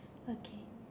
okay